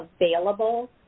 available